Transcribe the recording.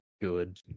good